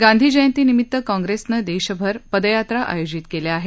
गांधीजयंनिमित्त काँग्रेसनं देशभर पदयात्रा आयोजित केल्या आहेत